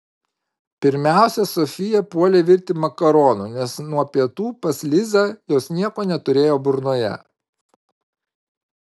pirmiausia sofija puolė virti makaronų nes nuo pietų pas lizą jos nieko neturėjo burnoje